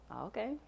Okay